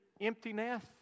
emptiness